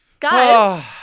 Guys